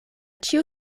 ĉiu